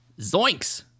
Zoinks